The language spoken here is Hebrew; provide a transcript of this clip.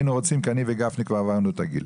היינו רוצים כי אני וגפני כבר עברנו את הגיל.